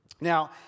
Now